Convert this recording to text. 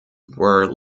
were